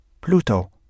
Pluto